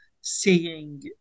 seeing